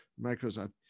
Microsoft